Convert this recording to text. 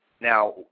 Now